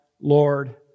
Lord